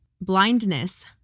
blindness